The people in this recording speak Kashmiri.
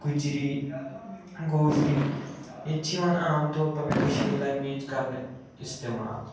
گُجری گوجری ییٚتہِ چھِ یِوان عام طور پَر کٔشیٖر لینٛگویج کَرنہٕ استعمال